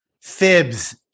Fibs